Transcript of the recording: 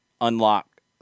unlock